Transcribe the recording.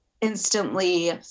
instantly